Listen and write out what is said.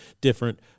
different